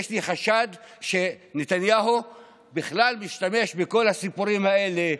יש לי חשד שנתניהו בכלל משתמש בכל הסיפורים האלה,